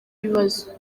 ibibazo